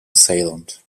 assailant